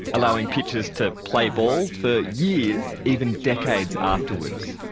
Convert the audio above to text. allowing pitchers to play ball for years, even decades afterwards.